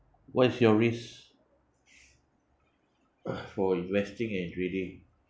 what is your risk for investing and trading